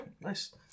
Nice